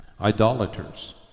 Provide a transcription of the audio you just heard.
Idolaters